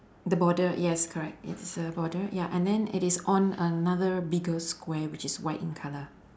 the border yes correct it's a border ya and then it is on another bigger square which is white in colour